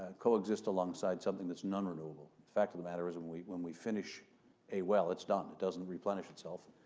ah coexist alongside something that's non-renewable? the fact of the matter is when we when we finish a well, it's done, it doesn't replenish itself.